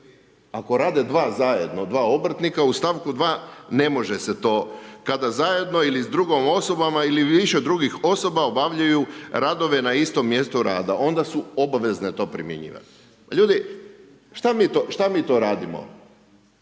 Ako rade dva zajedno, dva obrtnika u stavku 2. ne može se to, kada zajedno ili s drugim osobama ili više drugih osoba obavljaju radove na istom mjestu rada, onda su obavezne to primjenjivati. Pa ljudi, šta mi to radimo?